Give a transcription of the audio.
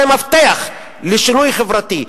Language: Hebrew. זה מפתח לשינוי חברתי.